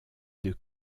deux